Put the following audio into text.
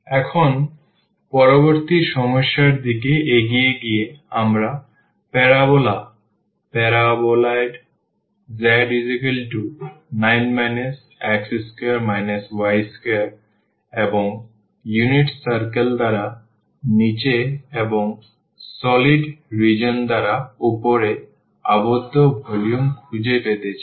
এখন পরবর্তী সমস্যার দিকে এগিয়ে গিয়ে আমরা parabola paraboloid z9 x2 y2 এবং ইউনিট circle দ্বারা নিচে এবং সলিড রিজিওন দ্বারা উপরে আবদ্ধ ভলিউম খুঁজে পেতে চাই